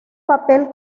papel